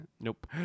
Nope